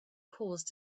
cause